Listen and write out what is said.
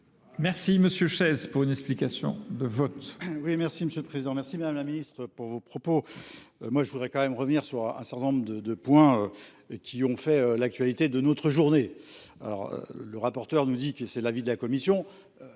Merci, M. Chaise, pour une explication de vote.